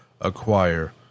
acquire